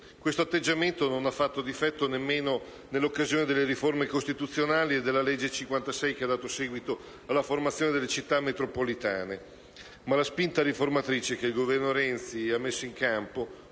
Questo atteggiamento non ha fatto difetto nemmeno in occasione delle riforme costituzionali e della legge n. 56, che ha dato seguito alla formazione delle Città metropolitane. Ma la spinta riformatrice che il Governo Renzi ha messo in campo